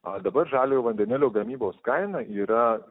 o dabar žaliojo vandenilio gamybos kaina yra